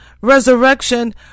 resurrection